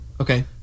Okay